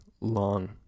long